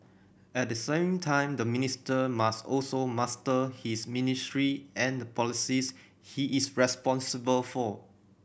at the same time the minister must also master his ministry and the policies he is responsible for